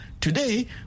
today